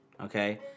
Okay